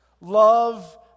Love